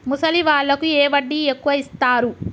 ముసలి వాళ్ళకు ఏ వడ్డీ ఎక్కువ ఇస్తారు?